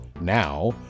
now